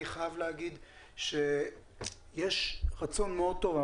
אני חייב להגיד שיש רצון מאוד טוב,